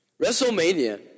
WrestleMania